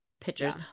pictures